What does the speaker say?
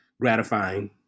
gratifying